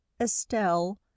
Estelle